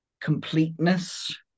completeness